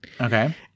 Okay